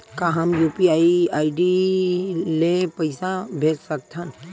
का हम UPI ID ले पईसा भेज सकथन?